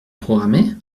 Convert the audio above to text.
programmer